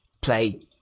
play